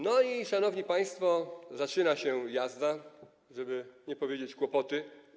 No i, szanowni państwo, zaczyna się jazda, żeby nie powiedzieć: kłopoty.